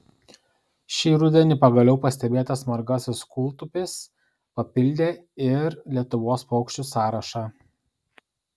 šį rudenį pagaliau pastebėtas margasis kūltupis papildė ir lietuvos paukščių sąrašą